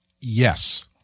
Yes